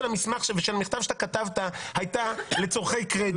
המכתב שאתה כתבת הייתה לצורכי קרדיט.